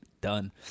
done